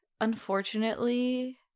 unfortunately